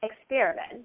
experiment